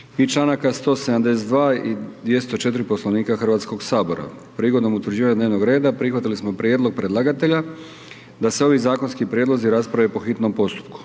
i članaka 172. i 204. Poslovnika Hrvatskog sabora. Prigodom utvrđivanja dnevnog reda prihvatili smo prijedlog predlagatelja da se ovi zakonski prijedlozi rasprave po hitnom postupku.